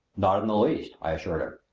not in the least, i assured him.